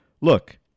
Look